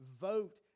vote